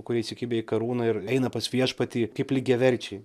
kurie įsikibę į karūną ir eina pas viešpatį kaip lygiaverčiai